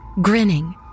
grinning